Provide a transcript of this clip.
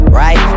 right